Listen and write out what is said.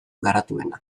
garatuena